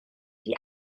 die